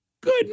Good